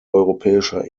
europäischer